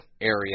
area